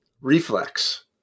reflex